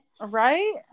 right